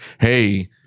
hey